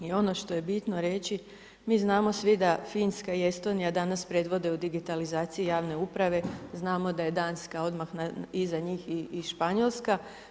I ono što je bitno reći mi znamo svi da Finska i Estonija danas predvode u digitalizaciji javne uprave, znamo da je Danska odmah iza njih i Španjolska.